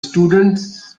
students